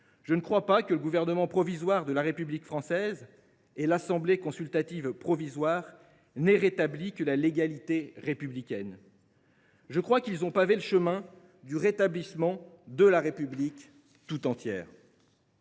Je ne crois pas que le Gouvernement provisoire de la République française et l’Assemblée consultative provisoire se soient contentés de rétablir la légalité républicaine. Je crois qu’ils ont pavé le chemin du rétablissement de la République tout entière.